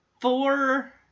four